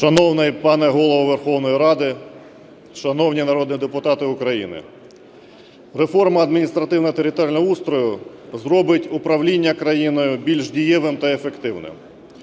Шановний пане Голово Верховної Ради! Шановні народні депутати України! Реформа адміністративно-територіального устрою зробить управління країною більш дієвим та ефективним.